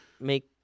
Make